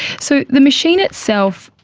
so the machine itself,